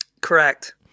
correct